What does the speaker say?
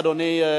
אדוני,